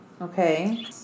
Okay